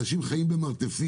אנשים חיים במרתפים,